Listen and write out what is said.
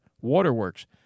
waterworks